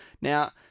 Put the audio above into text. Now